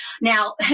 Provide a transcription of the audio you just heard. Now